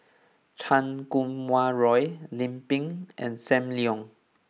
Chan Kum Wah Roy Lim Pin and Sam Leong